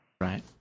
right